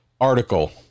article